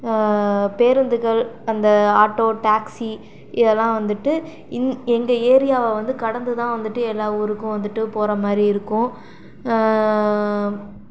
பேருந்துகள் அந்த auto taxi இதெல்லாம் வந்துட்டு இங் எங்கள் ஏரியாவை வந்து கடந்து தான் வந்துட்டு எல்லா ஊருக்கும் வந்துட்டு போகிற மாதிரி இருக்கும்